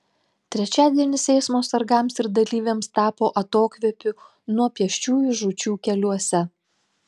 trečiadienis eismo sargams ir dalyviams tapo atokvėpiu nuo pėsčiųjų žūčių keliuose